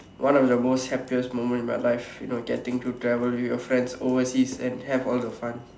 one of the most happiest moment in my life you know getting to travel with your friends overseas and have all the fun